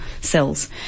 cells